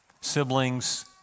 siblings